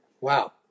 wow